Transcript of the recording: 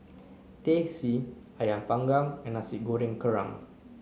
Teh C Ayam panggang and Nasi Goreng Kerang